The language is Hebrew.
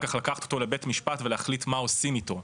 כך לקחת אותו לבית משפט ולהחליט מה עושים איתו.